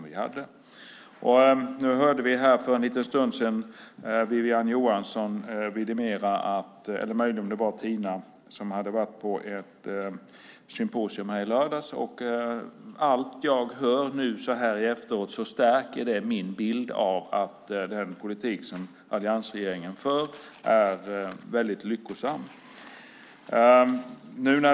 Vi hörde för en stund sedan Wiwi-Anne Johansson vidimera att det gått rätt till, och allt jag nu hör i efterhand stärker min bild av att den politik som alliansregeringen för är lyckosam.